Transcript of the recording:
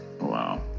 Wow